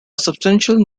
substantial